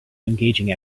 engaging